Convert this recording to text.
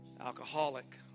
alcoholic